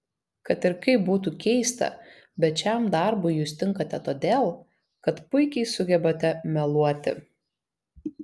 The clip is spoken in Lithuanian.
kad ir kaip būtų keista bet šiam darbui jūs tinkate todėl kad puikiai sugebate meluoti